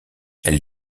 elle